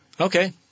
Okay